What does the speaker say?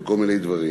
בכל מיני דברים,